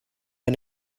ben